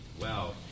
wow